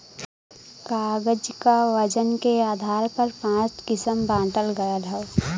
कागज क वजन के आधार पर पाँच किसम बांटल गयल हौ